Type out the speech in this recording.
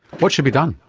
what should be done?